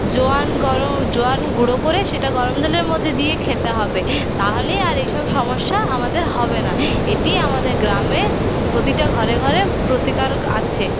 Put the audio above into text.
জোয়ান গরম জোয়ান গুঁড়ো করে সেটা গরমজলের মধ্যে দিয়ে খেতে হবে তাহলেই আর এসব সমস্যা আমাদের হবে না এটি আমাদের গ্রামে প্রতিটা ঘরে ঘরে প্রতিকারক আছে